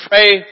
pray